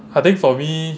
I think for me